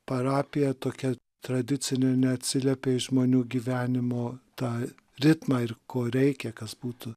parapija tokia tradicinė neatsiliepia į žmonių gyvenimo tą ritmą ir ko reikia kas būtų